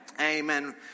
Amen